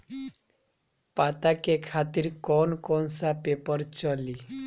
पता के खातिर कौन कौन सा पेपर चली?